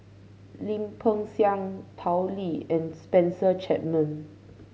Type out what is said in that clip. Lim Peng Siang Tao Li and Spencer Chapman